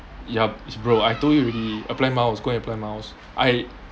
yup it's bro I told you already apply miles go and apply miles I